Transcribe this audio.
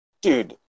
dude